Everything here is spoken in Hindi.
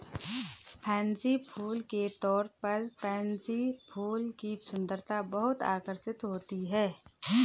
फैंसी फूल के तौर पर पेनसी फूल की सुंदरता बहुत आकर्षक होती है